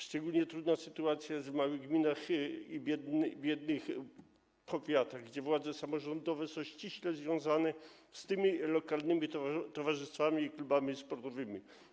Szczególnie trudna sytuacja jest w małych gminach i biednych powiatach, gdzie władze samorządowe są ściśle związane z tymi lokalnymi towarzystwami i klubami sportowymi.